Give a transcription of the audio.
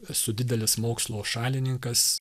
esu didelis mokslo šalininkas